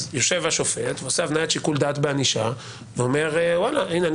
יושב השופט ועושה הבניית שיקול דעת בענישה ואומר הנה,